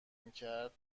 میکرد